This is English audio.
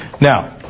Now